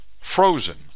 frozen